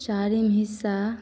चारिम हिस्सा